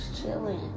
chilling